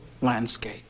landscape